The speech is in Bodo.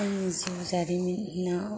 आंनि जिउ जारिमिना